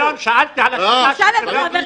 זה יותר חמור